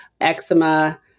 eczema